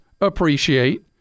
appreciate